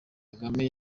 kagame